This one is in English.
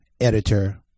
editor